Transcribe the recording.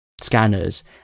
scanners